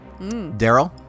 Daryl